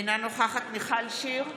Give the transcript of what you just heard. אינה נוכחת מיכל שיר סגמן,